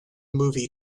movie